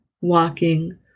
walking